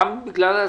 גם בגלל הסיוע,